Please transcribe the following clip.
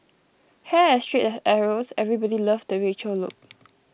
hair as straight as arrows everybody loved the Rachel look